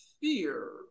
fear